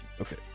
Okay